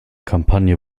kampagne